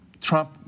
Trump